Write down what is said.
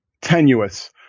tenuous